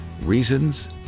reasons